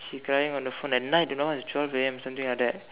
she crying on the phone at night you know it was like twelve A M something like that